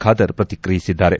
ಖಾದರ್ ಪ್ರತಿಕ್ರಿಯಿಸಿದ್ದಾರೆ